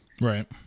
Right